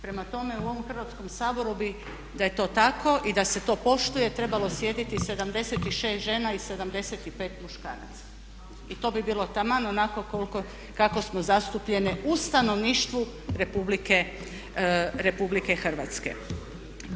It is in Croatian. Prema tome u ovom Hrvatskom saboru bi da je to tako i da se to poštuje trebalo sjediti 76 žena i 75 muškaraca i to bi bilo taman onako kako smo zastupljene u stanovništvu RH.